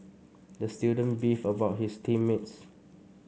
the student beefed about his team mates